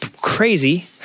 crazy